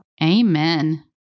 Amen